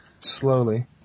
Slowly